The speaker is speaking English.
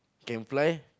can fly